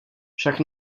však